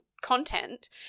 content